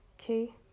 Okay